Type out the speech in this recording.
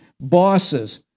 bosses